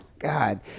God